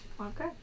okay